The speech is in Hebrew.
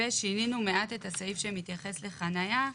ושינינו מעט את הסעיף שמתייחס לחניה,